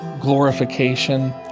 glorification